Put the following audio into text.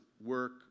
work